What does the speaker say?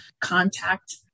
contact